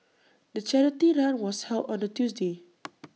the charity run was held on A Tuesday